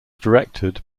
directed